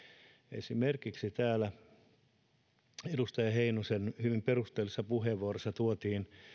esimerkiksi edustaja heinosen hyvin perusteellisessa puheenvuorossa tuotiin